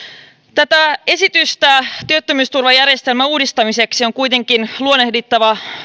tätä esitystä työttömyysturvajärjestelmän uudistamiseksi on kuitenkin luonnehdittava